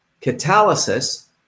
catalysis